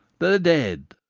the dead.